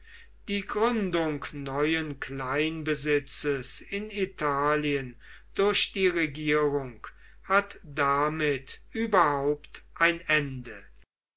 die gründung neuen kleinbesitzes in italien durch die regierung hat damit überhaupt ein ende